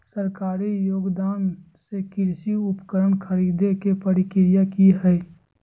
सरकारी योगदान से कृषि उपकरण खरीदे के प्रक्रिया की हय?